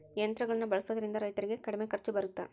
ಯಂತ್ರಗಳನ್ನ ಬಳಸೊದ್ರಿಂದ ರೈತರಿಗೆ ಕಡಿಮೆ ಖರ್ಚು ಬರುತ್ತಾ?